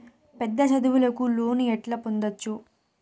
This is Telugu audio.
పెద్ద చదువులకు లోను ఎట్లా పొందొచ్చు